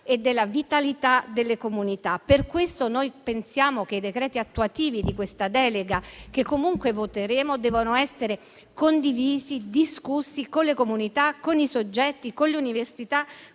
e della vitalità delle comunità. Per questo noi pensiamo che i decreti attuativi di questo disegno di legge delega, che comunque voteremo, debbano essere condivisi e discussi con le comunità, con i soggetti, con le università,